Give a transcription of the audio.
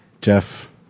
Jeff